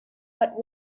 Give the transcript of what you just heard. but